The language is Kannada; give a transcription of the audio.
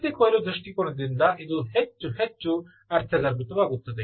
ಶಕ್ತಿ ಕೊಯ್ಲು ದೃಷ್ಟಿಕೋನದಿಂದ ಇದು ಹೆಚ್ಚು ಹೆಚ್ಚು ಅರ್ಥಗರ್ಭಿತವಾಗುತ್ತದೆ